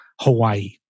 Hawaii